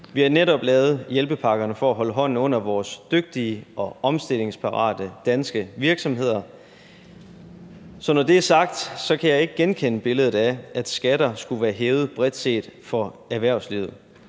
Vi har netop lavet hjælpepakkerne for at holde hånden under vores dygtige og omstillingsparate danske virksomheder. Så når det er sagt, kan jeg ikke genkende billedet af, at skatterne skulle være hævet bredt set for erhvervslivet.